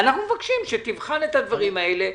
אנחנו מבקשים שתבחן את הדברים האלה.